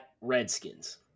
Redskins